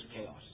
chaos